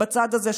בצד הזה,